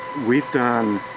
we've done